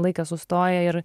laikas sustoja ir